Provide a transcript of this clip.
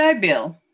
Bill